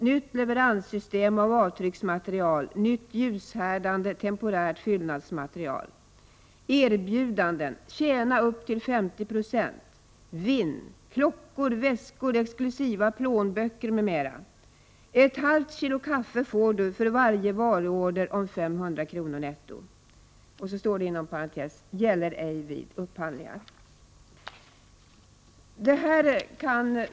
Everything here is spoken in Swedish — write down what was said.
Nytt leveranssystem av avtrycksmaterial! Nytt ljushärdande temporärt fyllnadsmaterial! Och så står det inom parentes: ”gäller ej vid upphandlingar”. Fru talman!